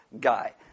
guy